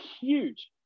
huge